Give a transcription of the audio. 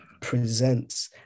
presents